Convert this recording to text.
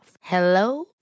Hello